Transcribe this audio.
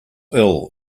ill